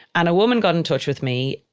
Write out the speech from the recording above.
and a woman got in touch with me.